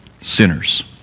sinners